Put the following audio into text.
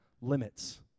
limits